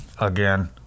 again